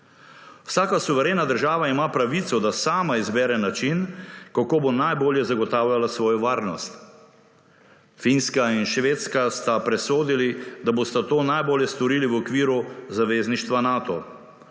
Vsaka suverena država ima pravico, da sama izbere način, kako bo najbolje zagotavljala svojo varnost. Finska in Švedska sta presodili, da bosta to najbolje storili v okviru zavezništva Nato.